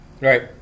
right